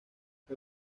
fue